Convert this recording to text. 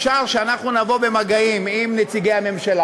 אפשר שאנחנו נבוא במגעים עם נציגי הממשלה